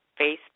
Facebook